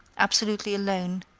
absolutely alone,